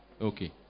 Okay